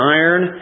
iron